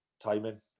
timing